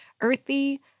earthy